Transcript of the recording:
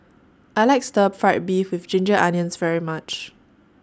I like Stir Fried Beef with Ginger Onions very much